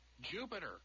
Jupiter